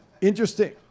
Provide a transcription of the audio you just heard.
Interesting